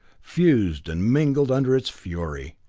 fused and mingled under its fury.